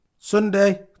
Sunday